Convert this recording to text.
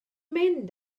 mynd